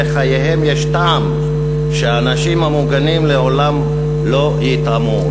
לחייהם יש טעם שהאנשים המוגנים לעולם לא יטעמו.